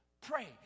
pray